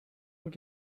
will